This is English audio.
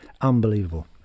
Unbelievable